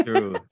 True